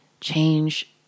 change